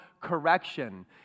Correction